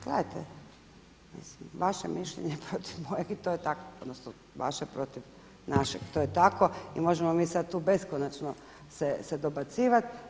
Gledajte, vaše mišljenje protiv mojeg i to je tako odnosno vaše protiv našeg to je tako i možemo mi sada tu beskonačno se dobacivati.